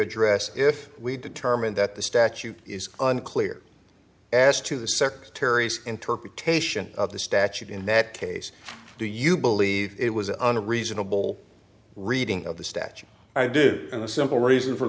address if we determine that the statute is unclear as to the secretary's interpretation of the statute in that case do you believe it was on a reasonable reading of the statute i do in a simple reason for